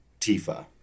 Tifa